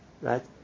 right